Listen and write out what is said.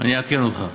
אני אעדכן אותך.